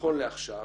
נכון לעכשיו,